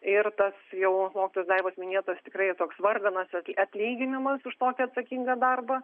ir tas jau mokytojos daivos minėtas tikrai toks varganas atlyginimas už tokį atsakingą darbą